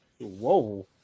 Whoa